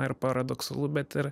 na ir paradoksalu bet ir